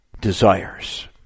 desires